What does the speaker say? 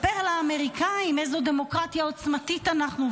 מספר לאמריקאים איזו דמוקרטיה עוצמתית אנחנו,